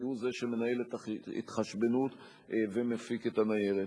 כי הוא שמנהל את ההתחשבנות ומפיק את הניירת.